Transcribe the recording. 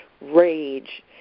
rage